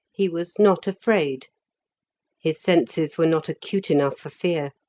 he was not afraid his senses were not acute enough for fear.